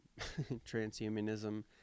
transhumanism